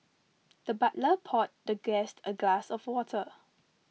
the butler poured the guest a glass of water